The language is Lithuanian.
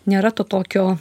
nėra to tokio